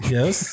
Yes